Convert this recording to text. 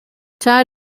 tie